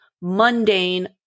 mundane